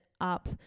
up